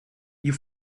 you